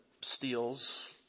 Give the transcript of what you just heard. steals